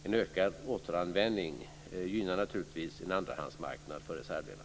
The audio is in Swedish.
En ökad återanvändning gynnar naturligtvis en andrahandsmarknad för reservdelar.